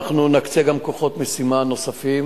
אנחנו נקצה גם כוחות משימה נוספים.